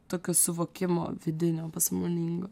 tokio suvokimo vidinio pasąmoningo